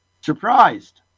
surprised